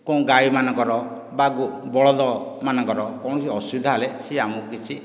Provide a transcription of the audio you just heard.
କ'ଣ ଗାଈ ମାନଙ୍କର ବା ବଳଦ ମାନଙ୍କର କୌଣସି ଅସୁବିଧା ହେଲେ ସେ ଆମକୁ କିଛି